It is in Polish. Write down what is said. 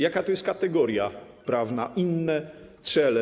Jaka to jest kategoria prawna: inne cele?